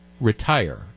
retire